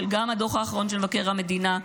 גם של הדוח האחרון של מבקר המדינה,